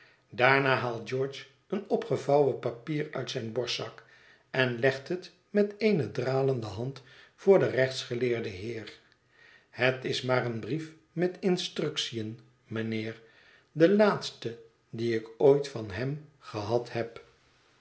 daarna haalt george een opgevouwen papier uit zijn borstzak en legt het met eene dralende hand voor den rechtsgeleerde neer het is maar een brief met instructiën mijnheer de laatste dien ik ooit van hem gehad heb